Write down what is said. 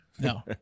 No